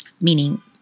meaning